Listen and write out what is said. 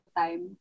time